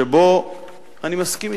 שבו אני מסכים אתך,